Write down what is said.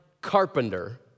carpenter